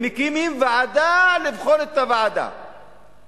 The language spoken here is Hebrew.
הם מקימים ועדה לבחון את הוועדה,